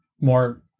more